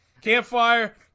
campfire